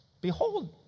behold